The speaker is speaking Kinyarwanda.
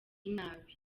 inabi